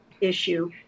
issue